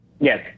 Yes